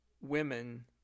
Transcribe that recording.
women